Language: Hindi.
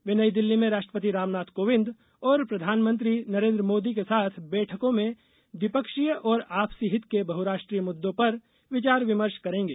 वे नई दिल्ली में राष्ट्रपति रामनाथ कोविन्द और प्रधानमंत्री नरेन्द्र मोदी के साथ बैठकों में द्विपक्षीय और आपसी हित के बहुराष्ट्रीय मुद्दों पर विचार विमर्श करेंगे